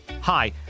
Hi